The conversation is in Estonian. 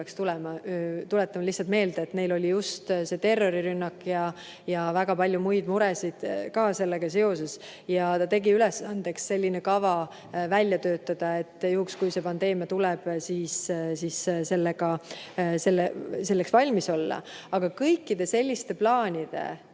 tulema. Tuletan lihtsalt meelde, et neil oli just see terrorirünnak ja väga palju muid muresid ka sellega seoses. President tegi ülesandeks selline kava välja töötada, et juhuks, kui see pandeemia tuleb, selleks valmis olla. Aga kõikide selliste plaanide